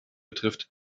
betrifft